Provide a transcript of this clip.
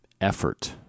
effort